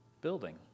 building